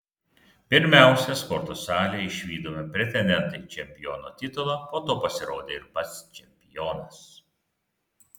pirmiausia sporto salėje išvydome pretendentą į čempiono titulą po to pasirodė ir pats čempionas